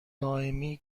یعنی